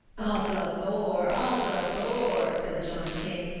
asa thor, asa thor, said the giant king,